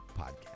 podcast